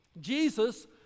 Jesus